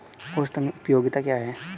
औसत उपयोगिता क्या है?